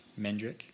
Mendrick